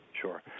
Sure